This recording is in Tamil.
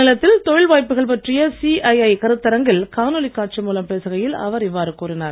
மாநிலத்தில் தொழில் வாய்ப்புகள் பற்றிய சிஐஐ கருத்தரங்கில் காணொலி காட்சி மூலம் பேசுகையில் அவர் இவ்வாறு கூறினார்